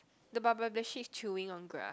the baba black sheep chewing on grass